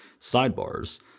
sidebars